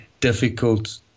difficult